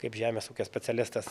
kaip žemės ūkio specialistas